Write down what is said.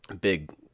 big